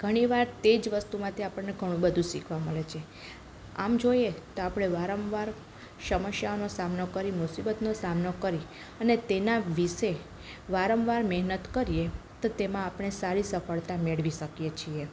ઘણીવાર તેજ વસ્તુમાંથી આપણને ઘણું બધુ શીખવા મળે છે આમ જોઈએ તો આપણે વારંવાર સમસ્યાઓનો સામનો કરી મુસીબતનો સામનો કરી અને તેના વિશે વારંવાર મેહનત કરીએ તો તેમાં આપણે સારી સફળતા મેળવી શકીએ છીએ